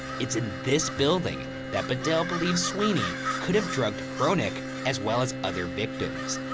it's in this building that badal believed sweeney could've drugged fronek as well as other victims.